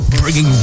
Bringing